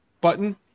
button